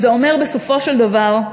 זה אומר, בסופו של דבר,